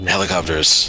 Helicopters